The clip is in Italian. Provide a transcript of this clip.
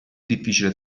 difficile